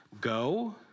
Go